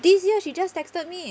this year she just texted me